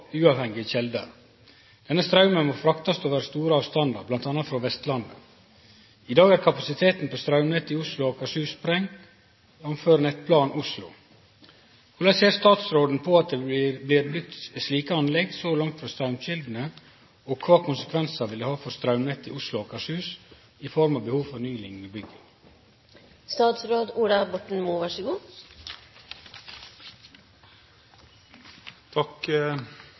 Denne straumen må fraktast over store avstandar, bl.a. frå Vestlandet. I dag er kapasiteten på straumnettet i Oslo og Akershus sprengd – jf. «Nettplan Stor-Oslo». Korleis ser statsråden på at det blir bygt slike anlegg så langt frå straumkjeldene, og kva konsekvensar vil det ha for straumnettet i Oslo og Akershus i form av behov